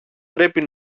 πρέπει